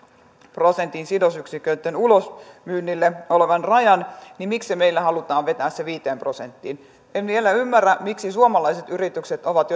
prosentin sidosyksiköitten ulosmyynnille olevan rajan niin miksi meillä halutaan vetää se viiteen prosenttiin en vielä ymmärrä miksi suomalaiset yritykset ovat